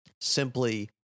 simply